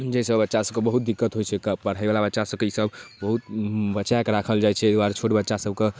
जाहिसँ बच्चासभके बहुत दिक्कत होइ छै पढ़ैवला बच्चासभके ईसब बहुत बचाकऽ राखल जाइ छै एहि दुआरे छोट बच्चासभके